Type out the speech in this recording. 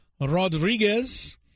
Rodriguez